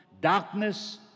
darkness